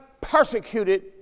persecuted